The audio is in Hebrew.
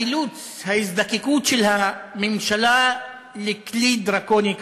על התפשטות קדחת מלטה בדרום,